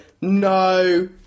no